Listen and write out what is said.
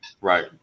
Right